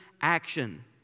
action